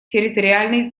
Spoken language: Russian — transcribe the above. территориальной